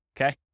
okay